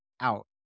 out